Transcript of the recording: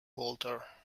walter